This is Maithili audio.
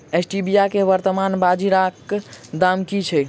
स्टीबिया केँ वर्तमान बाजारीक दाम की छैक?